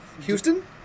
Houston